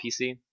PC